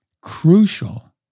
Crucial